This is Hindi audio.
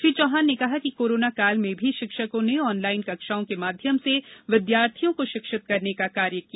श्री चौहान ने कहा कि कोरोना काल में भी शिक्षकों ने ऑनलाइन कक्षाओं के माध्यम से विद्यार्थियों को शिक्षित करने का कार्य किया